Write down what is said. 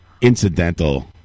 incidental